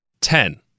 Ten